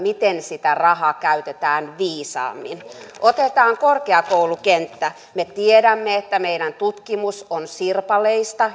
miten sitä rahaa käytetään viisaammin otetaan korkeakoulukenttä me tiedämme että meidän tutkimus on sirpaleista